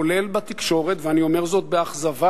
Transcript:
כולל בתקשורת, ואני אומר זאת באכזבה,